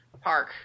park